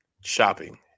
shopping